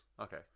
Okay